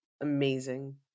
amazing